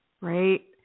right